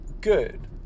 good